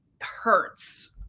hurts